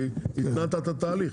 כי התנעת את התהליך.